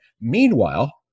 Meanwhile